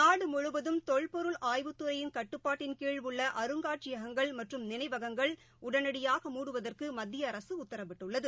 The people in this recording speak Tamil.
நாடுமுழுவதும் தொல்பொருள் ஆய்வுத் துறையின் கட்டுப்பாட்டின் கீழ் உள்ளஅருங்காட்சியகங்கள் மற்றும் நினைவகங்கள் உடனடியாக மூடுவதற்குமத்தியஅரசுஉத்தரவிட்டுள்ளது